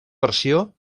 versió